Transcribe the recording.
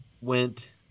went